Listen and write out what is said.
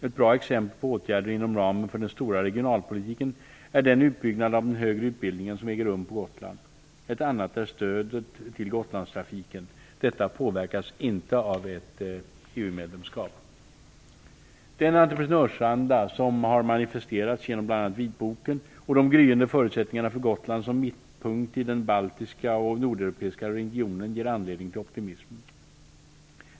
Ett bra exempel på åtgärder inom ramen för den ''stora regionalpolitiken'' är den utbyggnad av den högre utbildningen som äger rum på Gotland. Ett annat exempel är stödet till Den etreprenörsanda som har manifesterats genom bl.a. vitboken och de gryende förutsättningarna för Gotland som mittpunkt i den baltiska och nordeuropeiska regionen ger anledning till optimism.